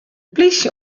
plysje